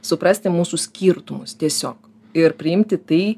suprasti mūsų skirtumus tiesiog ir priimti tai